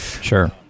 Sure